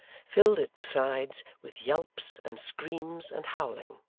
filled it besides with yelps, and screams, and howling.